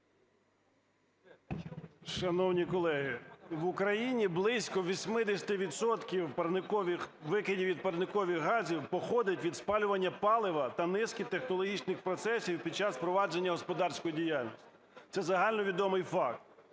Шановні колеги, в Україні близько 80 відсотків викидів від парникових газів походить від спалювання палива та низки технологічних процесів під час провадження господарської діяльності. Це загальновідомий факт.